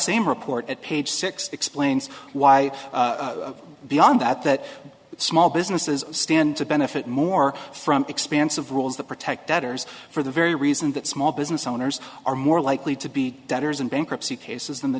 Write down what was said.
same report at page six explains why beyond that that small businesses stand to benefit more from expansive rules that protect debtors for the very reason that small business owners are more likely to be debtors in bankruptcy cases than the